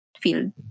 field